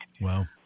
Wow